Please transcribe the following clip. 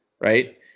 right